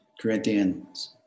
Corinthians